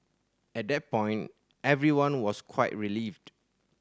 at that point everyone was quite relieved